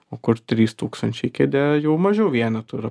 o kur trys tūkstančiai kėdė jau mažiau vienetų yra